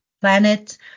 planet